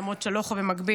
למרות שאתה לא יכול במקביל,